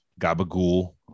Gabagool